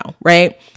right